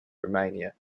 romania